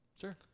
Sure